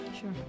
sure